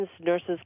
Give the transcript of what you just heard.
nurses